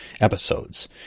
episodes